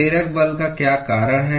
प्रेरक बल का क्या कारण है